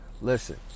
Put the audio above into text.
Listen